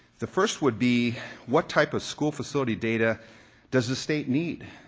the first would be what type of school facility data does the state need.